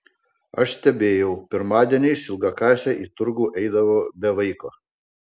aš stebėjau pirmadieniais ilgakasė į turgų eidavo be vaiko